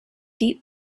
deep